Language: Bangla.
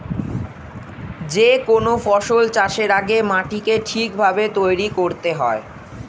যে কোনো ফসল চাষের আগে মাটিকে ঠিক ভাবে তৈরি করতে হয়